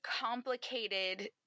complicated